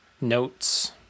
notes